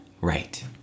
Right